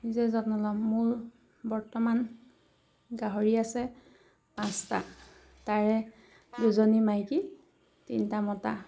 নিজে যত্ন ল'ম মোৰ বৰ্তমান গাহৰি আছে পাঁচটা তাৰে দুজনী মাইকী তিনিটা মতা